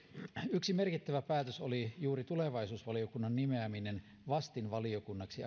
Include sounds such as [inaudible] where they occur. yksi merkittävä päätös oli juuri tulevaisuusvaliokunnan nimeäminen vastinvaliokunnaksi [unintelligible]